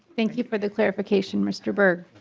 thank you for the clarification mr. berg.